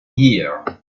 here